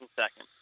second